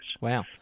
Wow